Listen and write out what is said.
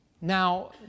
Now